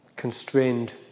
constrained